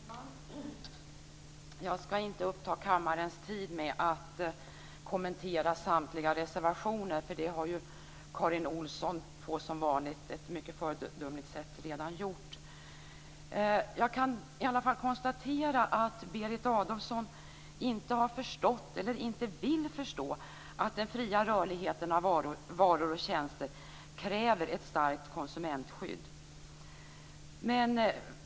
Fru talman! Jag ska inte uppta kammarens tid med att kommentera samtliga reservationer, för det har Karin Olsson på ett, som vanligt, mycket föredömligt sätt redan gjort. Jag kan i alla fall konstatera att Berit Adolfsson inte har förstått eller inte vill förstå att den fria rörligheten av varor och tjänster kräver ett starkt konsumentskydd.